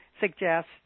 suggest